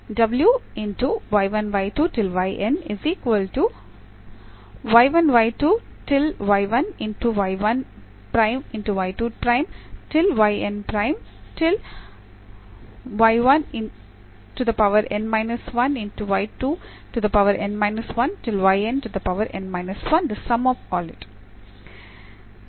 ಇಲ್ಲಿ ಮೊದಲ ಸಾಲು ಈ